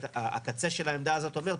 הקצה של העמדה הזאת אומר,